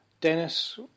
Dennis